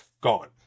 gone